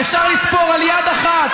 אפשר לספור על יד אחת,